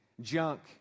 junk